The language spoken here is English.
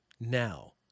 now